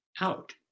out